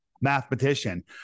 mathematician